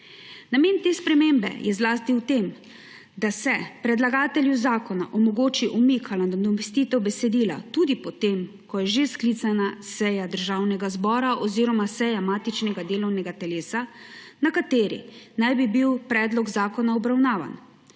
Namen te spremembe je zlasti v tem, da se predlagatelju zakona omogoči umik ali nadomestitev besedila tudi po tem, ko je že sklicana seja Državnega zbora oziroma seja matičnega delovnega telesa, na kateri naj bi bil predlog zakona obravnavan,